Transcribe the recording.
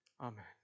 Amen